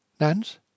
Nance